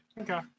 Okay